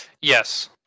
Yes